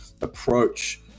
approach